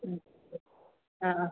ആ ആ